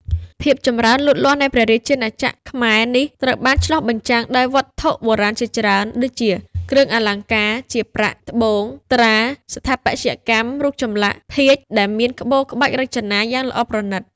ភាពចម្រើនលូតលាស់នៃព្រះរាជាណាចក្រខ្មែរនេះ ត្រូវបានឆ្លុះបញ្ចាំងដោយ វត្ថុបុរាណជាច្រើន ដូចជាគ្រឿងអលង្ការជា ប្រាក់ ត្បូង ត្រា ស្ថាបត្យកម្ម រូបចម្លាក់ ភាជន៍ ដែលមាន ក្បូរក្បាច់រចនាយ៉ាងល្អប្រណិត ។